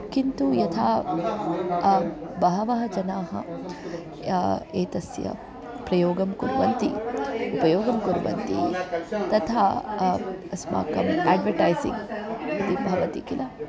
किन्तु यथा बहवः जनाः एतस्य प्रयोगं कुर्वन्ति उपयोगं कुर्वन्ति तथा अस्माकम् आड्वटैसिङ्ग् इति भवति किल